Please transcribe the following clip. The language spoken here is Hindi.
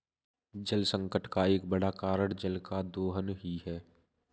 जलसंकट का एक बड़ा कारण जल का दोहन ही है